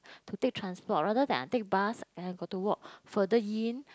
to take transport rather than I take bus and I got to walk further in